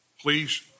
Please